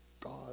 God